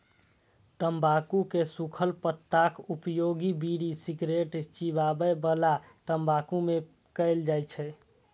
तंबाकू के सूखल पत्ताक उपयोग बीड़ी, सिगरेट, चिबाबै बला तंबाकू मे कैल जाइ छै